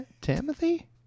Timothy